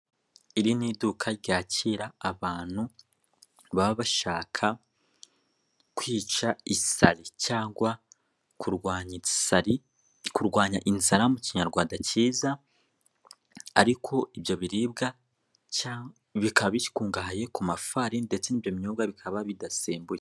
Iri ni iduka ryakira abantu baba bashaka kwica isari cyangwa kurwanya isari kurwanya inzara mu Kinyarwanda cyiza, ariko ibyo biribwa bikaba bikungahaye ku mafari ndetse n'ibinyobwa bikaba bidasembuye.